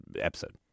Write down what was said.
episode